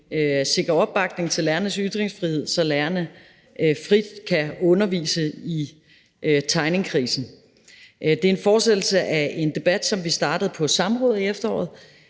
sikre opbakning til lærernes ytringsfrihed, så lærerne frit kan undervise i tegningekrisen. Det er en fortsættelse af en debat, som vi startede på et samråd i efteråret,